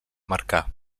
marcar